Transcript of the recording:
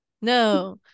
No